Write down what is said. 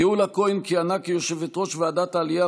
גאולה כהן כיהנה כיושבת-ראש ועדת העלייה